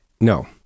No